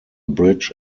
bridge